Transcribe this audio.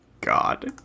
God